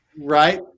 Right